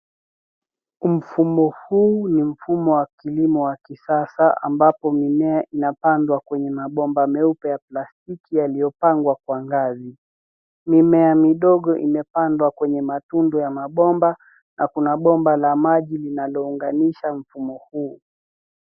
Mfumo huu ni mfumo wa kilimo wa kisasa ambapo mimea inapandwa kwenye mabomba meupe ya plastiki yaliyopangwa kwa ngazi. Mimea midogo imepandwa kwenye matundu ya mabomba, na kuna bomba la maji linalounganisha mfumo huu.